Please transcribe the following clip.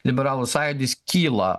liberalų sąjūdis kyla